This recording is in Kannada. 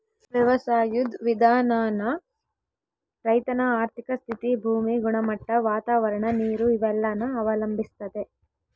ವ್ಯವಸಾಯುದ್ ವಿಧಾನಾನ ರೈತನ ಆರ್ಥಿಕ ಸ್ಥಿತಿ, ಭೂಮಿ ಗುಣಮಟ್ಟ, ವಾತಾವರಣ, ನೀರು ಇವೆಲ್ಲನ ಅವಲಂಬಿಸ್ತತೆ